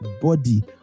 body